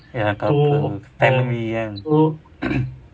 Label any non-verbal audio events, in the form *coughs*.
ya couple family kan *coughs*